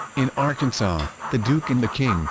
in arkansas the duke and the king